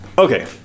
Okay